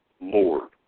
Lord